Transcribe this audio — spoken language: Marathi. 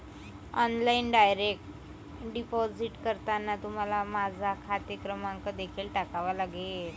ऑनलाइन डायरेक्ट डिपॉझिट करताना तुम्हाला माझा खाते क्रमांक देखील टाकावा लागेल